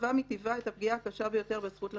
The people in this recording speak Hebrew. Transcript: מהווה מטבעה את הפגיעה הקשה ביותר לזכות לחיים.